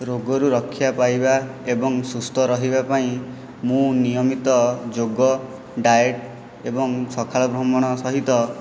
ରୋଗରୁ ରକ୍ଷା ପାଇବା ଏବଂ ସୁସ୍ଥ ରହିବା ପାଇଁ ମୁଁ ନିୟମିତ ଯୋଗ ଡାଏଟ୍ ଏବଂ ସକାଳ ଭ୍ରମଣ ସହିତ